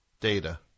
Data